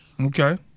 Okay